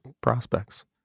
prospects